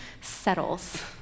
settles